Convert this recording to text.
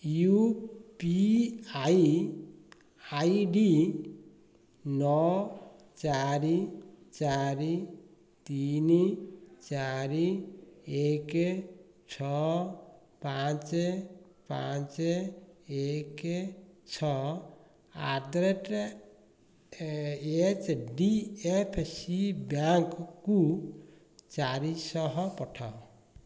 you P I I D ନଅ ଚାରି ଚାରି ତିନି ଚାରି ଏକେ ଛଅ ପାଞ୍ଚେ ପାଞ୍ଚେ ଏକେ ଛଅ at the rate a H D F C ବ୍ୟାଙ୍କ୍କୁ ଚାରିଶହ ପଠାଅ